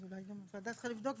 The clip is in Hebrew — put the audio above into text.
אז אולי גם הוועדה צריכה לבדוק.